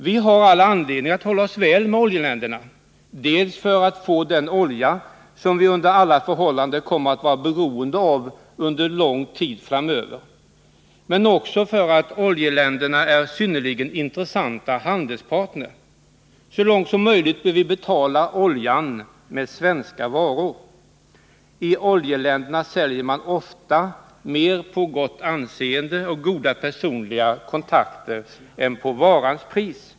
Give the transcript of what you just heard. Vi har all anledning att hålla oss väl med oljeländerna dels för att få den olja som vi under alla förhållanden kommer att vara beroende av under lång tid framöver, dels för att oljeländerna är synnerligen intressanta handelspartners. Så långt som möjligt bör vi betala oljan med svenska varor. I oljeländerna säljer man ofta mer på gott anseende och goda personliga kontakter än på varans pris.